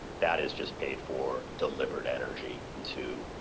that is just paid for deliberate energy into